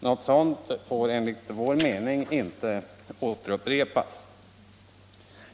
Något sådant får enligt vår mening inte upprepas.